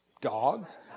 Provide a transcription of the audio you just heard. dogs